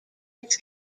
its